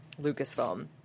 Lucasfilm